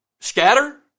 scatter